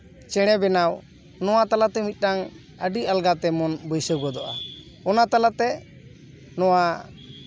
ᱪᱮᱬᱮ ᱵᱮᱱᱟᱣ ᱱᱚᱣᱟ ᱛᱟᱞᱟᱛᱮ ᱢᱤᱫᱴᱟᱱ ᱟᱹᱰᱤ ᱟᱞᱜᱟ ᱛᱮ ᱢᱚᱱ ᱵᱟᱹᱭᱥᱟᱹᱣ ᱜᱚᱫᱚᱜᱼᱟ ᱚᱱᱟ ᱛᱟᱞᱟᱛᱮ ᱱᱚᱣᱟ